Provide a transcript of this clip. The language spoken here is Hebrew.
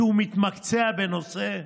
כי הוא מתמקצע בנושא?